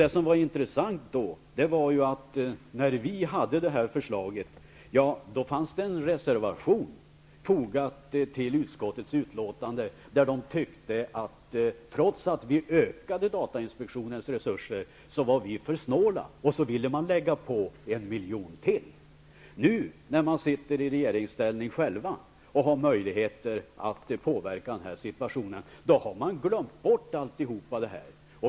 Det som var intressant då var, att när förslaget behandlades fanns det en reservation fogad till utskottets utlåtande. Reservanterna tyckte att trots att datainspektionens resurser utökades var vi för snåla, och de ville lägga på ytterligare en miljon. Nu när de sitter i regeringsställning och har möjlighet att påverka denna situation, har de glömt allt.